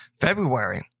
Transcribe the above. February